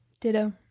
Ditto